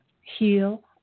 heal